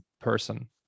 person